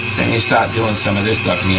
then you start doing some of this stuff, and yeah